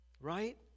right